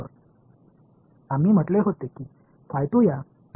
இந்த சமன்பாடுகள் பற்றி பேசாது என்று நாங்கள் கூறினோம்